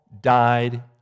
died